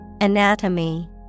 Anatomy